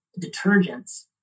detergents